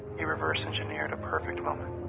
he reverse-engineered a perfect moment.